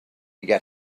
get